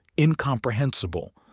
incomprehensible